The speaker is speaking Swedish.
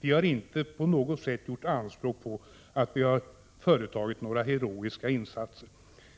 Vi har inte på något sätt gjort anspråk på detta.